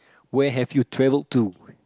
where have you traveled to